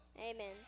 Amen